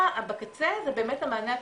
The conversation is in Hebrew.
בקצה זה באמת המענה הטיפולי,